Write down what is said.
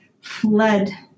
fled